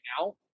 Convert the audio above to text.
now